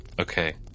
Okay